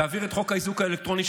תעביר את חוק האיזוק האלקטרוני,